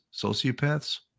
sociopaths